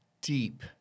deep